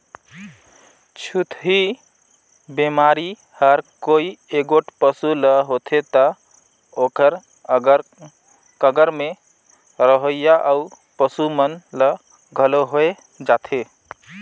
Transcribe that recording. छूतही बेमारी हर कोई एगोट पसू ल होथे त ओखर अगर कगर में रहोइया अउ पसू मन ल घलो होय जाथे